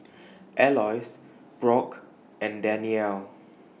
Aloys Brock and Dannielle